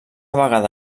vegada